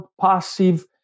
passive